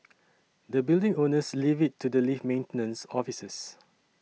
the building owners leave it to the lift maintenance officers